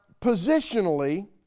positionally